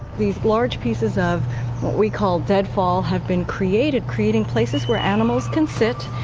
these large pieces of what we call dead fall have been created, creating places where animals can sit,